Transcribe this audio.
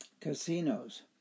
casinos